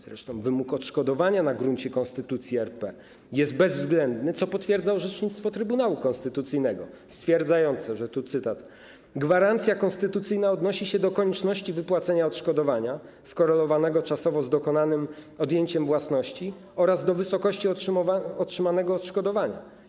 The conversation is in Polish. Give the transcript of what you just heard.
Zresztą wymóg odszkodowania na gruncie Konstytucji RP jest bezwzględny, co potwierdza orzecznictwo Trybunału Konstytucyjnego, stwierdzające, tu cytat: Gwarancja konstytucyjna odnosi się do konieczności wypłacenia odszkodowania, skorelowanego czasowo z dokonanym odjęciem własności, oraz do wysokości otrzymanego odszkodowania.